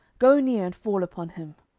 go near, and fall upon him.